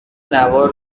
نوار